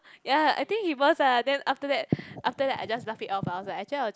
ya I think he was ah then after that after that I just laugh it off ah actually I just